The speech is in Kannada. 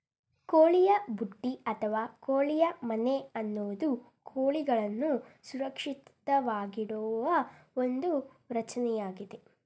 ಕೋಳಿಯ ಬುಟ್ಟಿ ಅಥವಾ ಕೋಳಿ ಮನೆ ಅನ್ನೋದು ಕೋಳಿಗಳನ್ನು ಸುರಕ್ಷಿತವಾಗಿಡುವ ಒಂದು ರಚನೆಯಾಗಿದೆ